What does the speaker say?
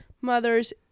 mothers